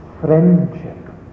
Friendship